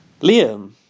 Liam